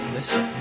Listen